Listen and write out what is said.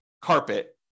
carpet